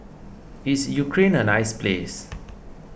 is Ukraine a nice place